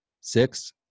six